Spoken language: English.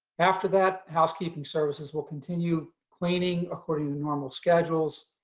after that, housekeeping services will continue cleaning according to normal schedules.